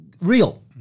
real